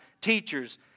teachers